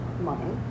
money